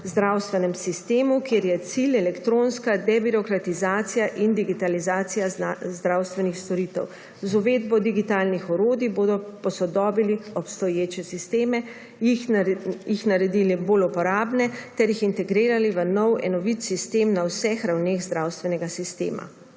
zdravstvenem sistemu, kjer je cilj elektronska debirokratizacija in digitalizacija zdravstvenih storitev. Z uvedbo digitalnih orodij bodo posodobili obstoječe sisteme, jih naredili bolj uporabne ter jih integrirali v nov enovit sistem na vseh ravneh zdravstvenega sistema.